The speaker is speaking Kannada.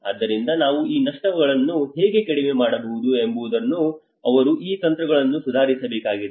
ಆದ್ದರಿಂದ ನಾವು ಈ ನಷ್ಟಗಳನ್ನು ಹೇಗೆ ಕಡಿಮೆ ಮಾಡಬಹುದು ಎಂಬುದನ್ನು ಅವರು ಈ ತಂತ್ರಗಳನ್ನು ಸುಧಾರಿಸಬೇಕಾಗಿದೆ